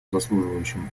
заслуживающим